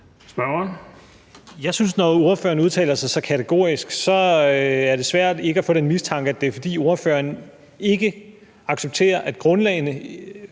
(S): Når ordføreren udtaler sig så kategorisk, synes jeg, det er svært ikke at få den mistanke, at det er, fordi ordføreren ikke accepterer, at grundlaget,